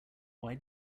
why